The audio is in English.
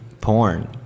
porn